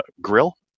grill